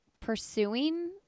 pursuing